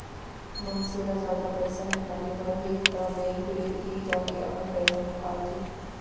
मनसे ल जादा पइसा निकाले बर हे त बेंक ले ही जाके अपन पइसा निकालंथे